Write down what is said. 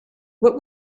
what